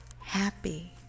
happy